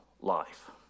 life